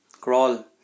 crawl